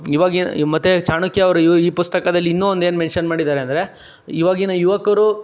ಇವಾಗ ಏನು ಮತ್ತೆ ಚಾಣಕ್ಯ ಅವರ ಈ ಈ ಪುಸ್ತಕದಲ್ಲಿ ಇನ್ನೂ ಒಂದು ಏನು ಮೆಂಷನ್ ಮಾಡಿದ್ದಾರೆ ಅಂದರೆ ಇವಾಗಿನ ಯುವಕರು